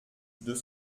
deux